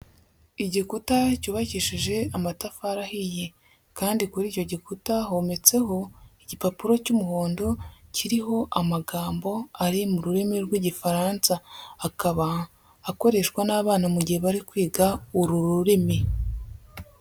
Igikuta cyubakishije amatafari ahiye. Kandi kuri icyo gikuta hometseho igipapuro cy'umuhondo kiriho amagambo ari mu rurimi rw'Igifaransa. Akaba akoreshwa n'abana mu gihe bari kwiga uru rurimi.